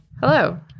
Hello